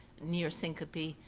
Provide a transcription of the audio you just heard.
near syncope.